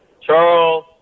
Charles